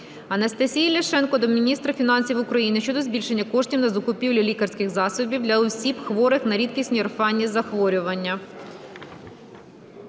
Анастасії Ляшенко до міністра фінансів України щодо збільшення коштів на закупівлю лікарських засобів для осіб, хворих на рідкісні (орфанні) захворювання.